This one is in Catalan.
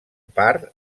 part